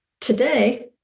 Today